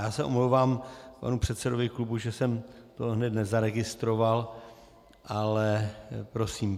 Já se omlouvám panu předsedovi klubu, že jsem to hned nezaregistroval, ale prosím.